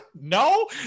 No